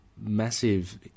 massive